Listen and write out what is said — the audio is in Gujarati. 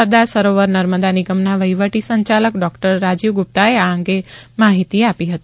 સરદાર સરોવર નર્મદા નિગમના વહીવટી સંચાલક ડોકટર રાજી વ ગુપ્તાએ આ અંગે માહિતી આપી હતા